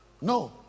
No